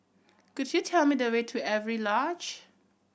could you tell me the way to Avery Lodge